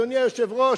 אדוני היושב-ראש,